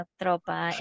tropa